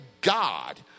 God